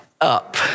up